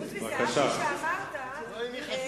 חוץ מזה אהבתי שאמרת "קואליציה בינתיים" אתה עצמך